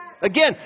Again